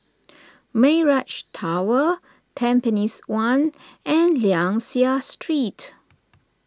Mirage Tower Tampines one and Liang Seah Street